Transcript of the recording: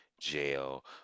jail